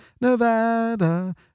Nevada